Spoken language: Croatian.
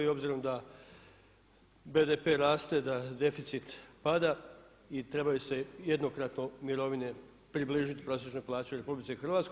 I obzirom da BDP raste, da deficit pada i trebaju se jednokratno mirovine približiti prosječnoj plaći u RH.